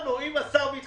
השר מתחייב